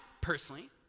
personally